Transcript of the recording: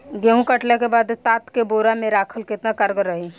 गेंहू कटला के बाद तात के बोरा मे राखल केतना कारगर रही?